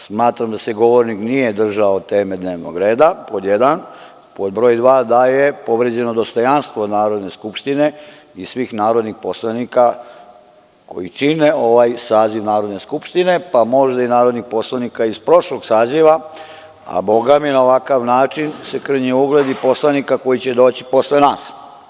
Smatram da se govornik nije držao teme dnevnog reda, pod jedan, a pod broj dva – da je povređeno dostojanstvo Narodne skupštine i svih narodnih poslanika koji čine ovaj saziv Narodne skupštine, pa možda i narodnih poslanika iz prošlog saziva, a bogami, na ovakav način se krnji ugled i poslanika koji će doći posle nas.